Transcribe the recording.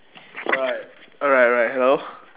right alright alright hello